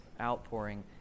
outpouring